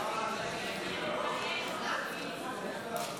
1 5 נתקבלו.